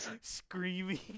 screaming